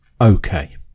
okay